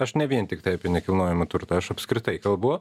aš ne vien tiktai apie nekilnojamą turtą aš apskritai kalbu